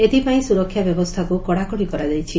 ଏଥପାଇଁ ସୁରକ୍ଷା ବ୍ୟବସ୍ଥାକୁ କଡ଼ାକଡ଼ି କରାଯାଇଛି